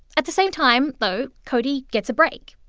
at the same time, though, cody gets a break.